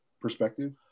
perspective